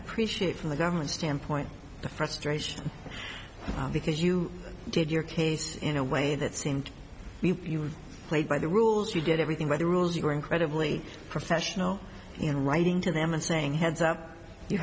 appreciate from the government's standpoint the frustration because you did your case in a way that seemed to be played by the rules you did everything by the rules you were incredibly professional and writing to them and saying heads up you